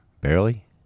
barely